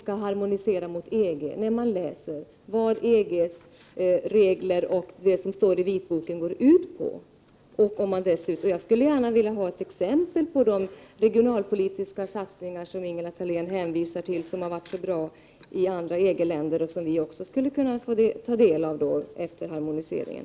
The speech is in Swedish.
Det framgår klart när man läser vad EG:s regler och det som står i vitboken går ut på. Jag skulle vilja få ett exempel på de regionalpolitiska satsningar i EG-länder som Ingela Thalén hänvisar till och som där har varit så bra, satsningar som också vi skulle beröras av efter harmoniseringen.